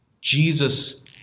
Jesus